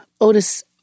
Otis